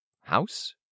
house